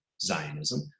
Zionism